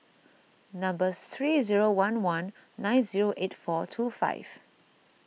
number three zero one one nine zero eight four two five